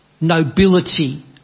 nobility